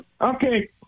Okay